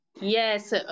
Yes